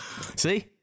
See